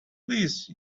please